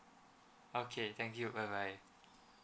okay thank you bye bye